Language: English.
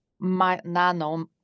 nano